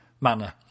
manner